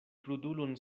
krudulon